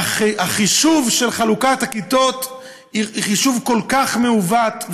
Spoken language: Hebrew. והחישוב של חלוקת הכיתות הוא חישוב כל כך מעוות,